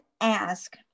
ask